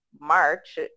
March